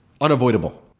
unavoidable